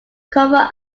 cover